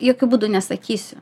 jokiu būdu nesakysiu